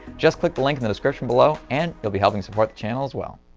just click the link in the description below and you'll be helping support the channel as well.